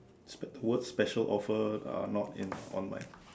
what special offer are not in on mine